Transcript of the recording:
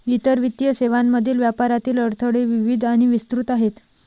इतर वित्तीय सेवांमधील व्यापारातील अडथळे विविध आणि विस्तृत आहेत